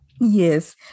Yes